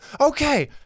Okay